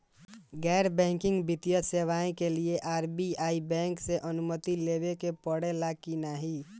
गैर बैंकिंग वित्तीय सेवाएं के लिए आर.बी.आई बैंक से अनुमती लेवे के पड़े ला की नाहीं?